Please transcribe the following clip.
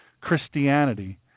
Christianity